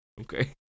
Okay